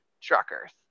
truckers